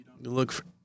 look